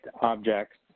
objects